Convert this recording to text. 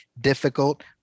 difficult